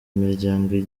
imiryango